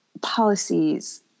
policies